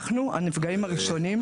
אנחנו הנפגעים הראשונים.